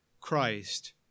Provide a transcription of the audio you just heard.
Christ